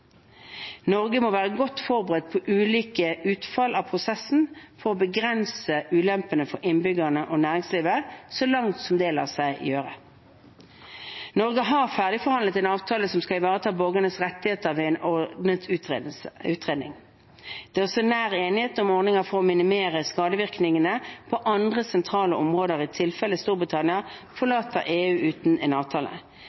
Norge må være godt forberedt på ulike utfall av prosessen for å begrense ulempene for innbyggerne og næringslivet så langt som det lar seg gjøre. Norge har ferdigforhandlet en avtale som skal ivareta borgernes rettigheter ved en ordnet uttreden. Det er også nær enighet om ordninger for å minimere skadevirkningene på andre sentrale områder i tilfelle Storbritannia